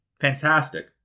Fantastic